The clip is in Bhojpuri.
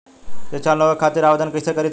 शिक्षा लोन लेवे खातिर आवेदन कइसे करि तनि बताई?